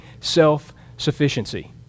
self-sufficiency